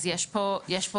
אז יש פה בעיה.